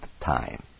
time